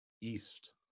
east